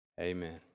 Amen